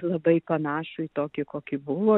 labai panašu į tokį kokį buvo